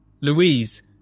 Louise